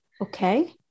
Okay